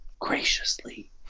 graciously